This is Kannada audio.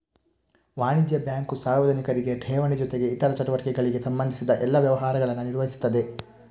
ವಾಣಿಜ್ಯ ಬ್ಯಾಂಕು ಸಾರ್ವಜನಿಕರಿಗೆ ಠೇವಣಿ ಜೊತೆಗೆ ಇತರ ಚಟುವಟಿಕೆಗಳಿಗೆ ಸಂಬಂಧಿಸಿದ ಎಲ್ಲಾ ವ್ಯವಹಾರಗಳನ್ನ ನಿರ್ವಹಿಸ್ತದೆ